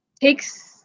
takes